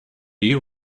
you